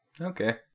Okay